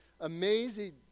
amazing